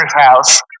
house